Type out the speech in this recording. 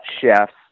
chefs